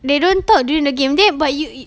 they don't talk during the game there but y~ you